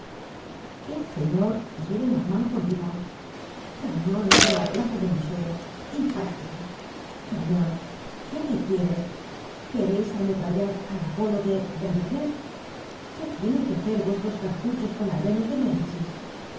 el señor gillenormand continuó cañones en la plaza del museo y para qué cañon qué me quieres quereis ametrallar al apolo del belveder qué tienen que hacer vuestros cartuchos con la venus de médicis